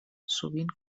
sovint